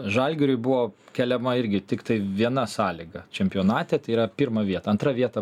žalgiriui buvo keliama irgi tiktai viena sąlyga čempionate yra pirma vieta antra vieta